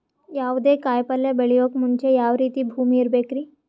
ಯಾವುದೇ ಕಾಯಿ ಪಲ್ಯ ಬೆಳೆಯೋಕ್ ಮುಂಚೆ ಯಾವ ರೀತಿ ಭೂಮಿ ಇರಬೇಕ್ರಿ?